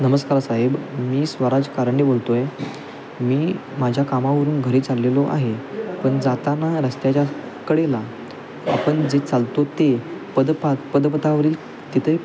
नमस्कार साहेब मी स्वराज कारंडे बोलतो आहे मी माझ्या कामावरून घरी चाललेलो आहे पण जाताना रस्त्याच्या कडेला आपण जे चालतो ते पद पा पदपथावरील तिथे